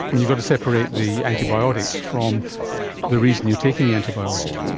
you've got to separate the antibiotics from the reason you are taking the antibiotic.